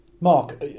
Mark